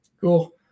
Cool